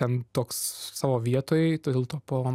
ten toks savo vietoj po